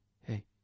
hey